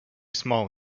small